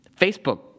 Facebook